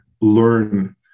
learn